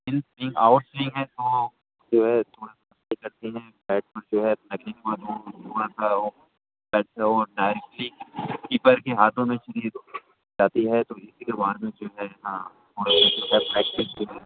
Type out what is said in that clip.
ان swing out swing ہے تو جو ہے تھوڑا سی کرتی ہیں بیٹ پر جو ہے لگنے کے بعد ہو تھوڑا سا بیٹ پہ وہ ڈائریکٹلی کیپر کے ہاتھوں میں سیدھی جاتی ہے تو اسی کے جو ہے ہاں تھوڑا سا جو ہے پریکٹس جو ہے